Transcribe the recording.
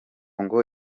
ngo